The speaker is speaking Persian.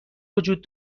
وجود